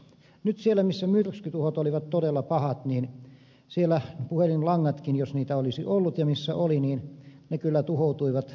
nyt siellä missä myrskytuhot olivat todella pahat puhelinlangatkin jos niitä olisi ollut ja missä niitä oli kyllä tuhoutuivat samalla